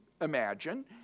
imagine